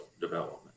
development